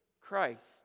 Christ